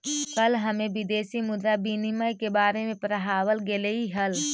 कल हमें विदेशी मुद्रा विनिमय के बारे में पढ़ावाल गेलई हल